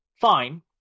fine